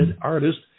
artist